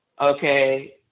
okay